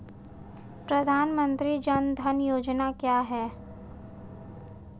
प्रधानमंत्री जन धन योजना क्या है?